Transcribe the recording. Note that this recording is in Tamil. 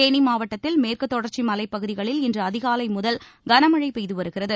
தேனி மாவட்டத்தில் மேற்குதொடர்ச்சி மலைப் பகுதிகளில் இன்று அதிகாலை முதல் களமழை பெய்துவருகிறது